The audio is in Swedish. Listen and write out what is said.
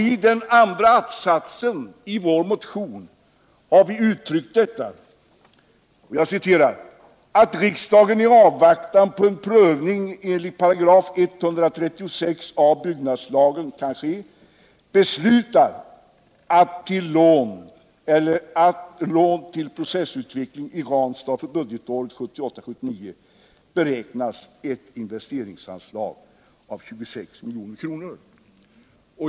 I den andra att-satsen i vår motion har vi uttryckt att riksdagen i avvaktan på att prövning enligt 136 a § byggnadslagen kan ske, till lån till processutveckling i Ranstad för budgetåret 1978/79 beräknar ett investeringsanslag av 26 milj.kr.